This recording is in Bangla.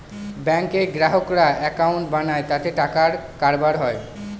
ব্যাঙ্কে গ্রাহকরা একাউন্ট বানায় তাতে টাকার কারবার হয়